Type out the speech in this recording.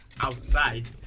outside